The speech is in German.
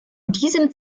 diesem